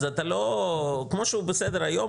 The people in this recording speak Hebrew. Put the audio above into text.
אז כמו שהוא בסדר היום,